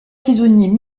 prisonniers